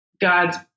God's